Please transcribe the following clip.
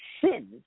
sin